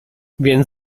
więc